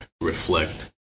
Reflect